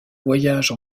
voyages